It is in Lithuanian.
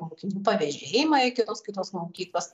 mokinių pavėžėjimą iki tos kitos mokyklos